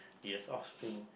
yes offspring